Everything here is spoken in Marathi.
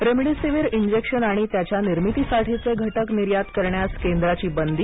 रेमडिसीवीर इंजेक्शन आणि त्याच्या निर्मितीसाठीचे घटक निर्यात करण्यास केंद्राची बंदी